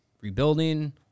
rebuilding